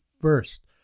first